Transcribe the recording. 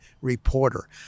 reporter